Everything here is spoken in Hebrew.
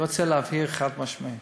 אני רוצה להבהיר חד-משמעית: